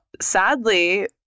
Sadly